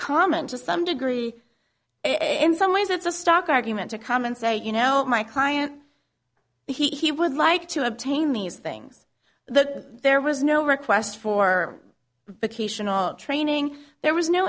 common to some degree in some ways that's a stock argument to come and say you know my client he would like to obtain these things the there was no request for training there was no